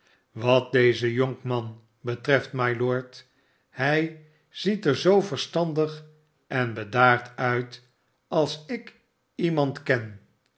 wat dezen jonkmart betreft mylord hij ziet er zoo verstandig en bedaard uit als ik iemand ken